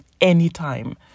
anytime